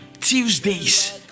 tuesdays